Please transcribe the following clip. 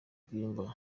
bwimba